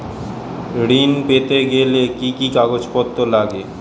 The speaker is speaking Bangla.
ঋণ পেতে গেলে কি কি কাগজপত্র লাগে?